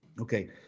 Okay